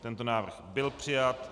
Tento návrh byl přijat.